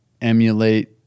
emulate